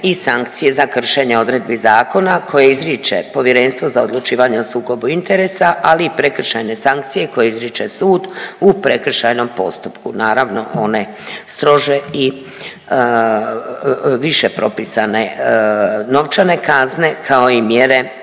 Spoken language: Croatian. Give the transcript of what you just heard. i sankcije za kršenje odredbi zakona koje izriče Povjerenstvo za odlučivanje o sukobu interesa, ali i prekršajne sankcije koje izriče sud u prekršajnom postupku, naravno one strože i više propisane novčane kazne, kao i mjere